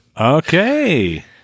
Okay